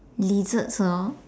uh lizards lor